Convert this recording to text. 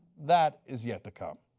that is yet to come.